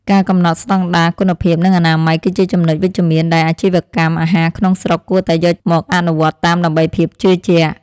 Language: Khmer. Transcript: ការកំណត់ស្តង់ដារគុណភាពនិងអនាម័យគឺជាចំណុចវិជ្ជមានដែលអាជីវកម្មអាហារក្នុងស្រុកគួរតែយកមកអនុវត្តតាមដើម្បីភាពជឿជាក់។